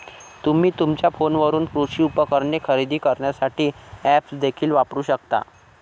तुम्ही तुमच्या फोनवरून कृषी उपकरणे खरेदी करण्यासाठी ऐप्स देखील वापरू शकता